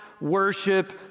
worship